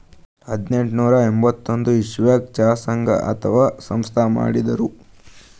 ಹದನೆಂಟನೂರಾ ಎಂಬತ್ತೊಂದ್ ಇಸವಿದಾಗ್ ಚಾ ಸಂಘ ಅಥವಾ ಸಂಸ್ಥಾ ಮಾಡಿರು